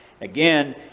Again